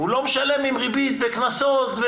הוא לא משלם עם ריבית וקנסות?